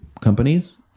companies